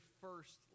first